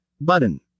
button